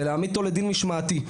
ולהעמיד אותו לדין משמעתי.